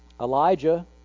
Elijah